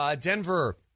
Denver